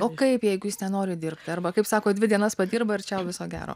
o kaip jeigu jis nenori dirbt arba kaip sakot dvi dienas padirba ir čiau viso gero